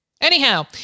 Anyhow